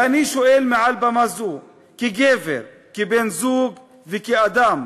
ואני שואל מעל במה זו, כגבר, כבן-זוג וכאדם: